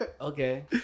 Okay